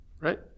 Right